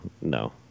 no